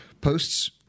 posts